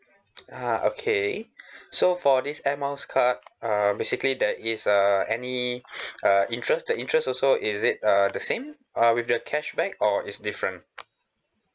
ya okay so for this air miles card uh basically that is uh any uh interest the interest also is it uh the same uh with the cashback or is different